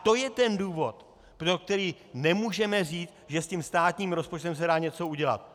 To je ten důvod, pro který nemůžeme říct, že s tím státním rozpočtem se dá něco udělat.